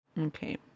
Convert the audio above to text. Okay